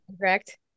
correct